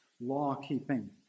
law-keeping